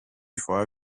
before